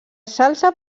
salsa